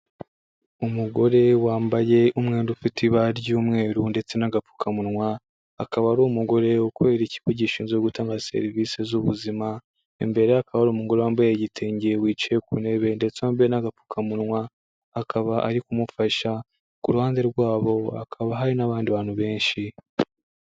Umugore wambaye umwenda ufite ibara ry'umweru ndetse n'agapfukamunwa, akaba ari umugore ukorera ikigo gishinzwe gutanga serivise z'ubuzima, imbere ye hakaba hari umugore wambaye igitenge wicaye ku ntebe ndetse wambaye n'agapfukamunwa, akaba ari kumufasha, ku ruhande rwabo hakaba hari n'abandi bantu benshi.